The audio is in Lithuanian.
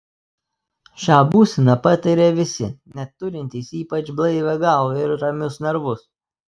šią būseną patiria visi net turintys ypač blaivią galvą ir ramius nervus